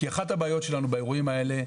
כי אחת הבעיות שלנו באירועים האלה,